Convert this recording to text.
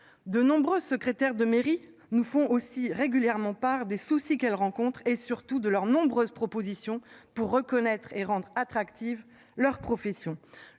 de nombreux secrétaires de mairie nous font aussi régulièrement par des soucis qu'elle rencontre et surtout de leurs nombreuses propositions pour reconnaître et rendre attractive leur profession.